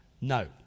No